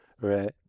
Right